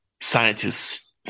scientists